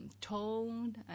tone